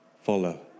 follow